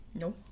No